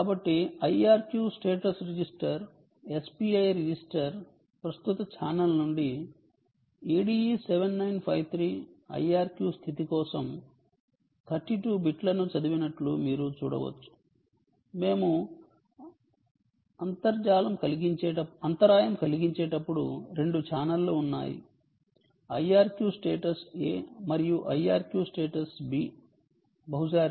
కాబట్టి IRQ status register SPI register ప్రస్తుత channel నుండి ADE7953 IRQ స్థితి కోసం 32 బిట్లను చదివినట్లు మీరు చూడవచ్చు మేము అంతరాయం కలిగించేటప్పుడు రెండు ఛానెల్లు ఉన్నాయి IRQస్టేటస్ A మరియు IRQస్టేటస్ B బహుశా రెండవది